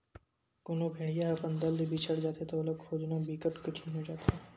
कोनो भेड़िया ह अपन दल ले बिछड़ जाथे त ओला खोजना बिकट कठिन हो जाथे